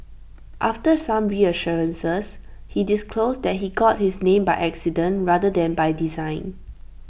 after some reassurances he disclosed that he got his name by accident rather than by design